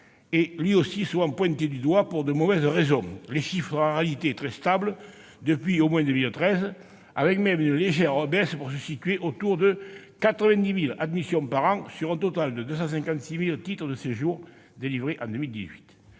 est, lui aussi, souvent pointé du doigt, pour de mauvaises raisons. Les chiffres sont en réalité très stables depuis 2013, au moins- on observe même une légère baisse -, et se situent autour de 90 000 admissions par an, sur un total de 256 000 titres de séjour délivrés en 2018.